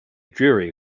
dreary